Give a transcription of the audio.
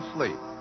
Sleep